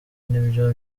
nibyo